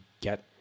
get